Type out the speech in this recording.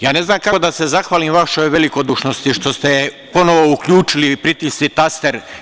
Ja ne znam kako da se zahvalim vašoj velikodušnosti što ste ponovo uključili i pritisli taster.